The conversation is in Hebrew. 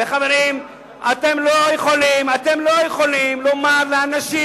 חברים, אתם לא יכולים לומר לאנשים: